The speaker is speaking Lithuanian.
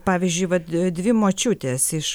pavyzdžiui vat dvi močiutės iš